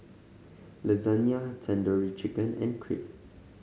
Lasagne Tandoori Chicken and Crepe